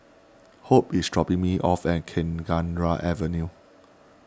hope is dropping me off at Kenanga Avenue